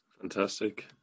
Fantastic